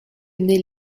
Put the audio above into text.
naît